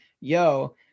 yo